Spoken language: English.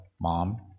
Mom